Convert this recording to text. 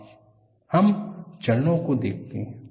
अब हम चरणों को देखते हैं